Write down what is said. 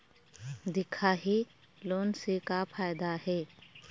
दिखाही लोन से का फायदा हे?